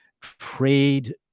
trade